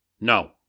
No